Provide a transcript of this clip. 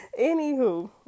anywho